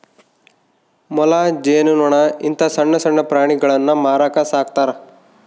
ಮೊಲ, ಜೇನು ನೊಣ ಇಂತ ಸಣ್ಣಣ್ಣ ಪ್ರಾಣಿಗುಳ್ನ ಮಾರಕ ಸಾಕ್ತರಾ